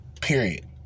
Period